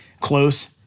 close